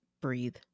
breathe